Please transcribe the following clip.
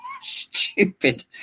Stupid